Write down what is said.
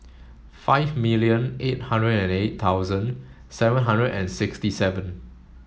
five million eight hundred and eight thousand seven hundred and sixty seven